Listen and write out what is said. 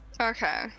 Okay